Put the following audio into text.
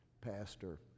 pastor